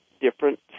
different